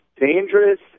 dangerous